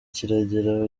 kiragera